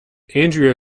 andrea